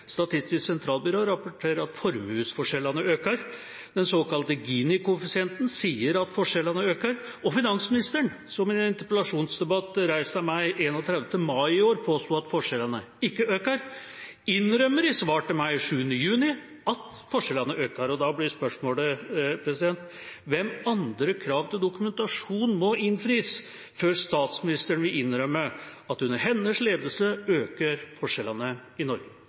Den såkalte Gini-koeffisienten sier at forskjellene øker, og finansministeren, som i en interpellasjonsdebatt som ble reist av meg den 31. mai i år, påsto at forskjellene ikke øker, innrømmer i svar til meg den 7. juni at forskjellene øker. Da blir spørsmålet: Hvilke andre krav til dokumentasjon må innfris før statsministeren vil innrømme at under hennes ledelse øker forskjellene i Norge?